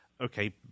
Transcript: okay